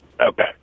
Okay